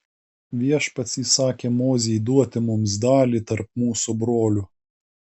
viešpats įsakė mozei duoti mums dalį tarp mūsų brolių